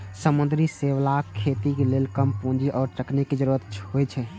समुद्री शैवालक खेती लेल कम पूंजी आ तकनीक के जरूरत होइ छै